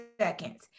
seconds